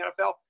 NFL